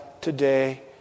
today